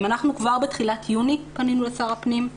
כבר בתחילת יוני פנינו לשר הפנים.